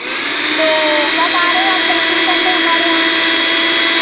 तो कब आ रहे हैं आप पेंटिंग करने हमारे यहाँ